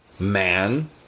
Man